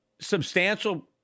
substantial